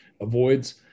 avoids